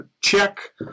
check